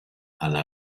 alla